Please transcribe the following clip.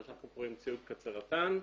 מה שאנחנו קוראים ציוד קצה רט"ן.